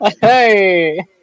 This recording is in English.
Hey